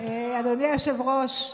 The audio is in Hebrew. אדוני היושב-ראש,